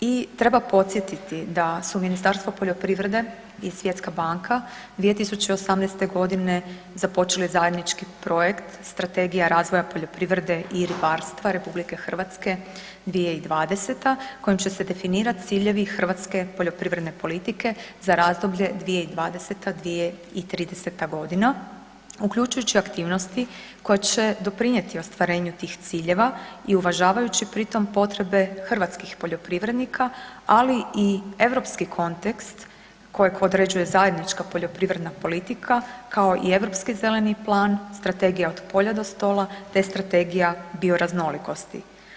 I treba podsjetiti da su Ministarstvo poljoprivrede i Svjetska banka 2018. godine započeli zajednički projekt Strategija razvoja poljoprivrede i ribarstva Republike Hrvatske 2020. kojom će se definirati ciljevi hrvatske poljoprivredne politike za razdoblje 2020.-2030. godina, uključujući aktivnosti koje će doprinijeti ostvarenju tih ciljeva i uvažavajući pri tom potrebe hrvatskih poljoprivrednika, ali i europski kontekst kojeg određuje Zajednička poljoprivredna politika kao i europski Zeleni plan, Strategija od polja od stola, te Strategija bioraznolikosti.